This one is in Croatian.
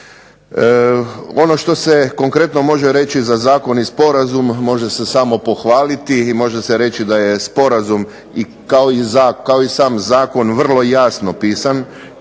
Ono što se konkretno može reći za zakon i sporazum može se samo pohvaliti i može se reći da je sporazum kao i sam zakon vrlo jasno pisan,